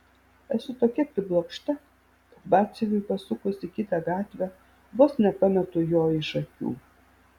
esu tokia priblokšta kad batsiuviui pasukus į kitą gatvę vos nepametu jo iš akių